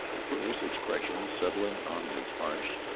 a curious expression settling on his harsh,